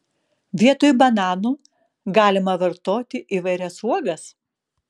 vietoj bananų galima vartoti įvairias uogas